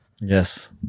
Yes